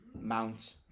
Mount